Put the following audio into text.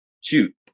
shoot